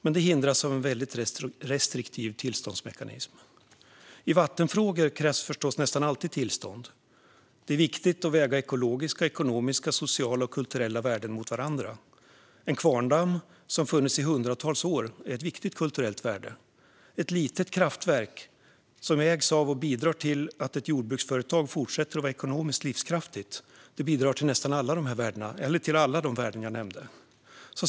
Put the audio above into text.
Men detta hindras av en mycket restriktiv tillståndsmekanism. I vattenfrågor krävs förstås nästan alltid tillstånd. Det är viktigt att väga ekologiska, ekonomiska, sociala och kulturella värden mot varandra. En kvarndamm som funnits i hundratals år är ett viktigt kulturellt värde. Ett litet kraftverk som ägs av och bidrar till att ett jordbruksföretag fortsätter att vara ekonomiskt livskraftigt bidrar till alla de värden som jag nämnde.